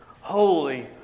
holy